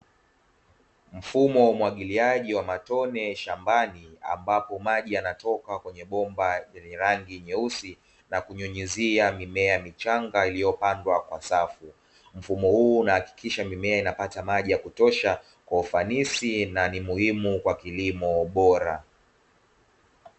Mfumo wa mwagiliaji wa matone shambani, ambapo maji yanatoka kwenye bomba lenye rangi nyeusi na kunyunyizia mimea michanga iliyopandwa kwa safu. Mfumo huu una hakikisha mimea inapata maji ya kutosha kwa ufanisi na ni muhimu kwa kilimo bora.